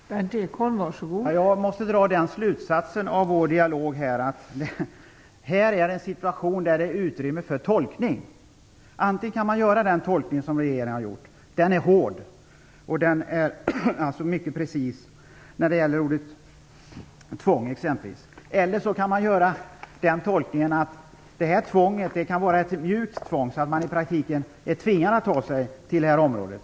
Fru talman! Jag måste dra den slutsatsen av vår dialog att här har vi en situation där det finns utrymme för tolkning. Antingen kan man göra den tolkning som regeringen har gjort. Den är hård och mycket precis, exempelvis när det gäller ordet tvång. Eller också kan man göra tolkningen att det här tvånget kan vara ett mjukt tvång, så att man i praktiken är tvingad att ta sig till det här området.